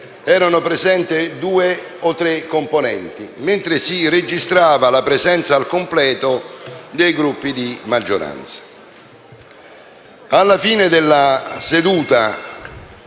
erano presenti due o tre componenti, mentre si registrava la presenza al completo dei Gruppi di maggioranza.